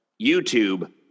YouTube